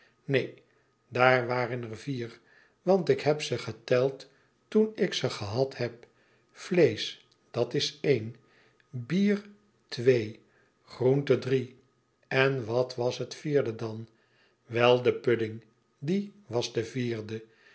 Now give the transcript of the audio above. neen daar waren er vier want ik heb ze geteld toen ik ze gehad heb vleesch dat's een bier twee groente drie en wat was het vierde dan wel de pudding die was de vierde